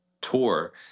Tour